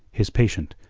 his patient,